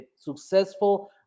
successful